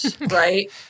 right